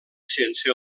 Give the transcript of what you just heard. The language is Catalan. sense